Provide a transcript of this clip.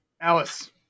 Alice